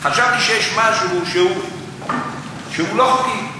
חשבתי שיש משהו שהוא לא חוקי.